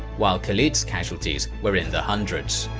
while khalid's casualties were in the hundreds.